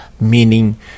Meaning